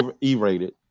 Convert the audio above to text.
E-rated